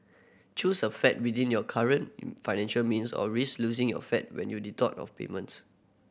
choose a flat within your current financial means or risk losing your flat when you default of payments